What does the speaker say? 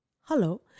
hello